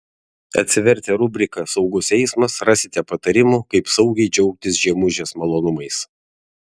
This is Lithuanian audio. atsivertę rubriką saugus eismas rasite patarimų kaip saugiai džiaugtis žiemužės malonumais